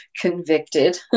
convicted